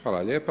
Hvala lijepo.